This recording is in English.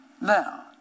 Now